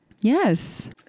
yes